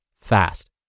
fast